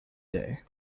day